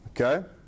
Okay